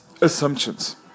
assumptions